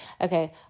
Okay